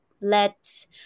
let